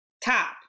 top